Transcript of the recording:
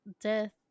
death